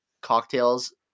cocktails